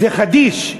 זה חדיש.